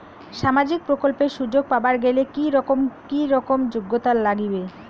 সামাজিক প্রকল্পের সুযোগ পাবার গেলে কি রকম কি রকম যোগ্যতা লাগিবে?